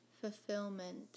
Fulfillment